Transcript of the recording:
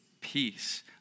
peace